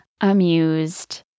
amused